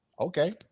Okay